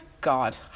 god